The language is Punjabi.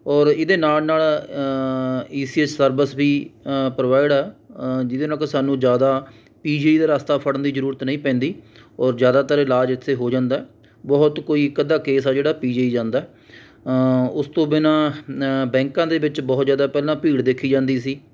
ਔਰ ਇਹਦੇ ਨਾਲ ਨਾਲ ਈ ਸੀ ਐੱਸ ਸਰਵਿਸ ਵੀ ਪ੍ਰੋਵਾਈਡ ਆ ਜਿਹਦੇ ਨਾਲ ਕਿ ਸਾਨੂੰ ਜ਼ਿਆਦਾ ਪੀ ਜੀ ਆਈ ਦਾ ਰਸਤਾ ਫੜਨ ਦੀ ਜ਼ਰੂਰਤ ਨਹੀਂ ਪੈਂਦੀ ਔਰ ਜ਼ਿਆਦਾਤਰ ਇਲਾਜ ਇੱਥੇ ਹੋ ਜਾਂਦਾ ਏ ਬਹੁਤ ਕੋਈ ਇੱਕ ਅੱਧਾ ਕੇਸ ਆ ਜਿਹੜਾ ਪੀ ਜੀ ਆਈ ਜਾਂਦਾ ਉਸ ਤੋਂ ਬਿਨਾਂ ਨ ਬੈਕਾਂ ਦੇ ਵਿੱਚ ਬਹੁਤ ਜ਼ਿਆਦਾ ਪਹਿਲਾਂ ਭੀੜ ਦੇਖੀ ਜਾਂਦੀ ਸੀ